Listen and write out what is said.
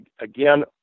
again